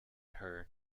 her